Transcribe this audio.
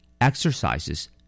Exercises